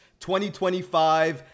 2025